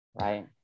Right